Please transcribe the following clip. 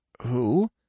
Who